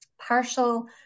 partial